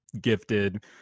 gifted